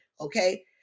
okay